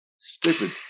Stupid